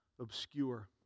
Obscure